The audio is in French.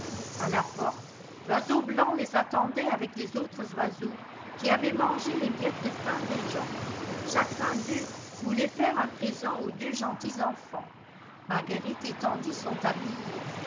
a la porte l'oiseau blanc les attendait avec les autres oiseaux qui avaient mangé les miettes de pain de jean chacun d'eux voulait faire un présent aux deux gentils enfants marguerite étendit son tablier